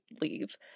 leave